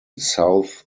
south